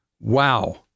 Wow